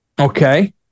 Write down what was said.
Okay